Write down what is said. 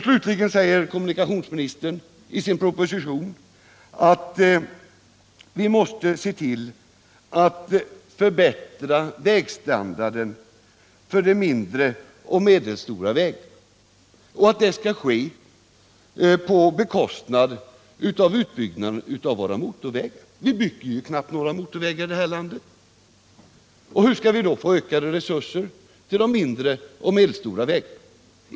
Slutligen säger kommunikationsministern i sin proposition att vi måste se till att förbättra standarden på de mindre och medelstora vägarna och att det skall ske på bekostnad av utbyggnaden av våra motorvägar. Vi bygger ju knappt några motorvägar i det här landet. Hur skall vi då få resurser till de mindre och medelstora vägarna?